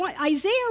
Isaiah